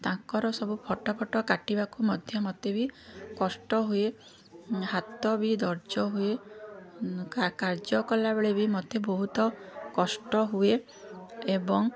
ତାଙ୍କର ସବୁ photo photo କାଟିବାକୁ ମଧ୍ୟ ମୋତେ ବି କଷ୍ଟ ହୁଏ ଏବଂ ହାତ ବି ଦରଜ ହୁଏ କାର୍ଯ୍ୟ କଲାବେଳେ ବି ମୋତେ ବହୁତ କଷ୍ଟ ହୁଏ ଏବଂ